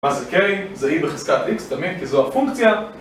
מה זה k? זה e בחזקת x, תמיד כי זו הפונקציה